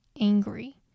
angry